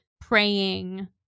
praying